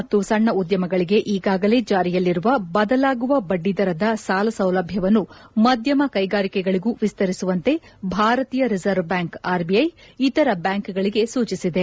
ಅತಿ ಸಣ್ಣ ಮತ್ತು ಸಣ್ಣ ಉದ್ಭಮಗಳಿಗೆ ಈಗಾಗಲೆ ಜಾರಿಯಲ್ಲಿರುವ ಬದಲಾಗುವ ಬಡ್ಡಿದರದ ಸಾಲ ಸೌಲಭ್ಯವನ್ನು ಮಧ್ಯಮ ಕೈಗಾರಿಕೆಗಳಿಗೂ ವಿಸ್ತರಿಸುವಂತೆ ಭಾರತೀಯ ರಿಸರ್ವ್ ಬ್ಲಾಂಕ್ ಆರ್ಬಿಐ ಇತರ ಬ್ಲಾಂಕ್ಗಳಿಗೆ ಸೂಚಿಸಿದೆ